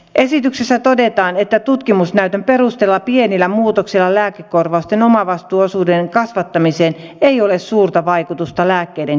esityksessä todetaan että tutkimusnäytön perusteella pienillä muutoksilla lääkekor vausten omavastuuosuuden kasvattamiseen ei ole suurta vaikutusta lääkkeiden käyttöön